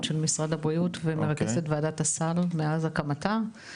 של משרד הבריאות ומרכזת את וועדת הסל עוד מאז הקמתה,